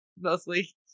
mostly